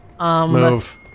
Move